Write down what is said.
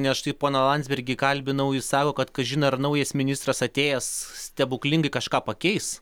na štai poną landsbergį kalbinau jis sako kad kažin ar naujas ministras atėjęs stebuklingai kažką pakeis